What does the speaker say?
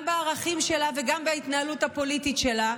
גם בערכים שלה וגם בהתנהלות הפוליטית שלה,